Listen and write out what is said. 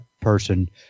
person